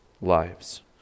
lives